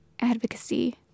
advocacy